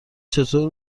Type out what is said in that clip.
چطور